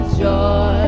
joy